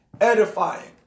edifying